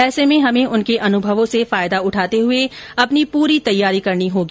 ऐसे में हमें उनके अनुभवों से फायदा उठाते हुए अपनी पूरी तैयारी करनी होगी